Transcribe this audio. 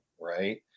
Right